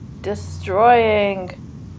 destroying